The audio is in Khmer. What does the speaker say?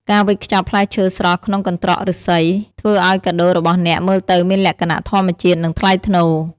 ការវេចខ្ចប់ផ្លែឈើស្រស់ក្នុងកន្ត្រកឫស្សី ធ្វើឱ្យកាដូរបស់អ្នកមើលទៅមានលក្ខណៈធម្មជាតិ និងថ្លៃថ្នូរ។